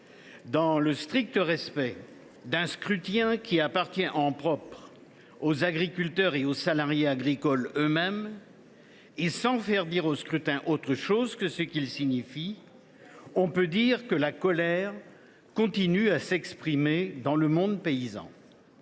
Dans le strict respect d’un scrutin qui appartient en propre aux agriculteurs et aux salariés agricoles eux mêmes, et sans faire dire au scrutin autre chose que ce qu’il signifie, on peut noter que la colère continue à s’exprimer dans le monde paysan.